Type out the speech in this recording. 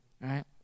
right